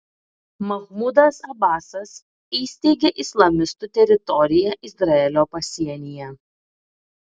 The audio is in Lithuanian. mahmudas abasas įsteigė islamistų teritoriją izraelio pasienyje